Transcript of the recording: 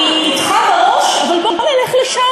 אומרת לו שרה: אני אתך בראש, אבל בוא נלך לשם